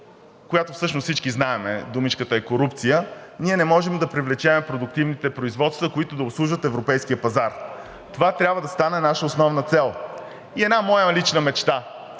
всички знаем – думичката е „корупция“, ние не можем да привлечем продуктивните производства, които да обслужват европейския пазар. Това трябва да стане наша основна цел. И една моя лична мечта